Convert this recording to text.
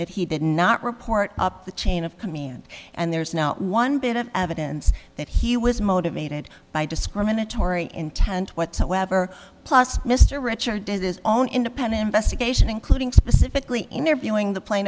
that he did not report up the chain of command and there's no one bit of evidence that he was motivated by discriminatory intent whatsoever plus mr richard does his own independent investigation including specifically interviewing the pla